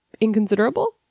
inconsiderable